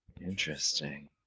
Interesting